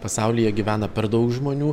pasaulyje gyvena per daug žmonių